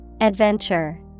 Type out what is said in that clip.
Adventure